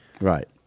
right